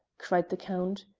cried the count.